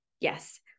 yes